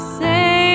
say